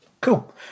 Cool